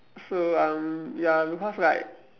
so um ya because like